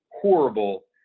horrible